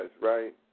right